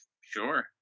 sure